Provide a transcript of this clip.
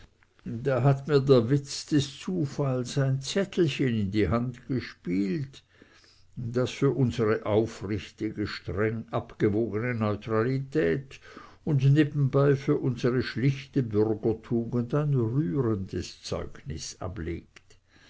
da hat mir der witz des zufalls ein zettelchen in die hand gespielt das für unsere aufrichtige streng abgewogene neutralität und nebenbei für unsere schlichte bürgertugend ein rührendes zeugnis ablegt